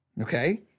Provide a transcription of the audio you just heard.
Okay